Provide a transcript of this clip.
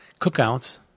Cookouts